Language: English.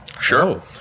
sure